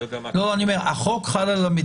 אני לא יודע --- החוק חל על המדינה.